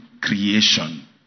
creation